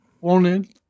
wanted